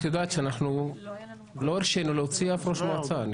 את יודעת שאנחנו לא הרשינו להוציא אף ראש מועצה.